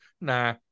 Nah